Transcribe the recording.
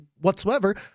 whatsoever